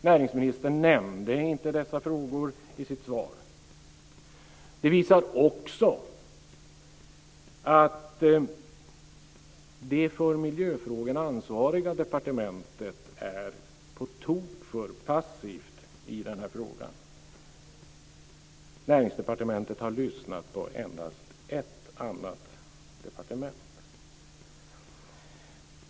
Näringsministern nämnde inte dessa frågor i sitt svar. Det visar också att det för miljöfrågorna ansvariga departementet är på tok för passivt i den här frågan. Näringsdepartementet har lyssnat på endast ett annat departement.